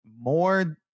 more